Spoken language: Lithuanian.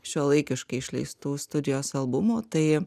šiuolaikiškai išleistų studijos albumų tai